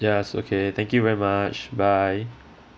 yes okay thank you very much bye